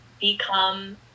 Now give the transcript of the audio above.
become